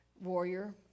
warrior